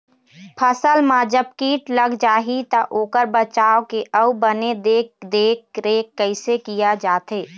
फसल मा जब कीट लग जाही ता ओकर बचाव के अउ बने देख देख रेख कैसे किया जाथे?